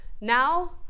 Now